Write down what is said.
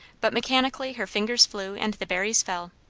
but mechanically her fingers flew and the berries fell.